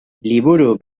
liburu